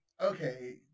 okay